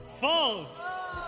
false